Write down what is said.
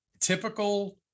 typical